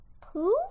Poof